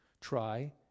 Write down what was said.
Try